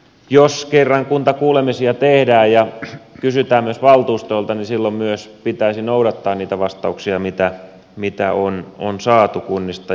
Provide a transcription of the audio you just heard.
jos kerran kuntakuulemisia tehdään ja kysytään myös valtuustoilta niin silloin myös pitäisi noudattaa niitä vastauksia mitä on saatu kunnista